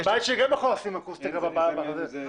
גם בבית שלי אני יכול לשים בקירות צמר